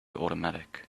automatic